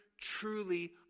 truly